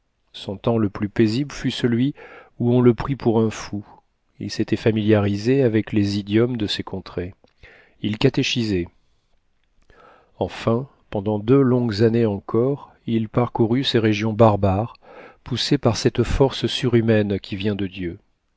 son temps le plus paisible fut celui où on le prit pour un fou il s'était familiarisé avec les idiomes de ces contrées il catéchisait enfin pendant deux longues années encore il parcourut ces régions barbares poussé par cette force surhumaine qui vient de dieu